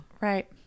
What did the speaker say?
Right